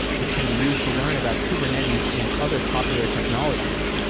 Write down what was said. which can be used to learn about kubernetes and other popular technologies.